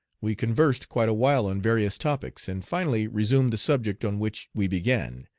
we conversed quite a while on various topics, and finally resumed the subject on which we began,